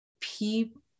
people